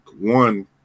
one